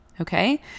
Okay